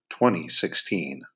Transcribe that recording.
2016